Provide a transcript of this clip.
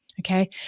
okay